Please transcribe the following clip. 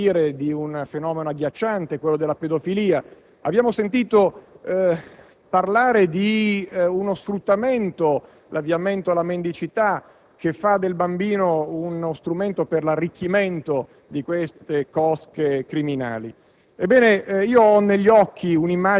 dell'organo. Abbiamo sentito parlare di un fenomeno agghiacciante, quello della pedofilia. Abbiamo sentito parlare di uno sfruttamento, l'avviamento alla mendacità, che fa del bambino uno strumento per l'arricchimento di queste cosche criminali.